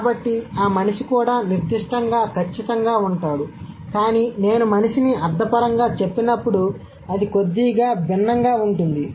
కాబట్టి ఆ మనిషి కూడా నిర్దిష్టంగా ఖచ్చితంగా ఉంటాడు కానీ నేను మనిషిని అర్థపరంగా చెప్పినప్పుడు అది కొద్దిగా భిన్నంగా ఉంటుంది